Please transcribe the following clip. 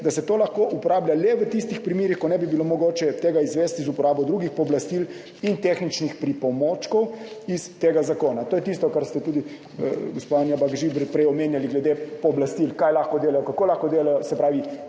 da se lahko to uporablja le v tistih primerih, ko ne bi bilo mogoče tega izvesti z uporabo drugih pooblastil in tehničnih pripomočkov iz tega zakona. To je tisto, kar ste tudi gospa Anja Bah Žibert prej omenili glede pooblastil, kaj lahko delajo, kako lahko delajo. Vse tisto